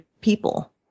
people